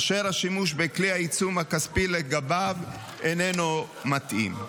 אשר השימוש עליו בכלי העיצום הכספי איננו מתאים.